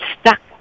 stuck